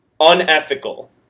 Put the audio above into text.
unethical